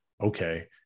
okay